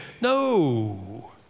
No